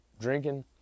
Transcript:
drinking